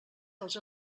dels